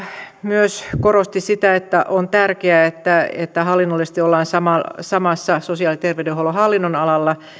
myös korosti sitä että on tärkeää että että hallinnollisesti ollaan samalla sosiaali ja terveydenhuollon hallinnonalalla